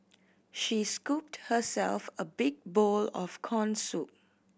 she scooped herself a big bowl of corn soup